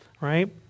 right